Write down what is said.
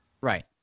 Right